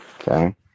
Okay